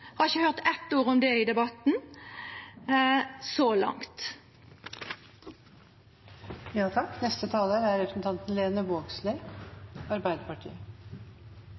har ikkje høyrt eitt ord om det i debatten så